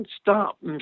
stop